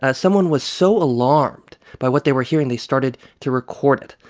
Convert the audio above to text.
ah someone was so alarmed by what they were hearing, they started to record it,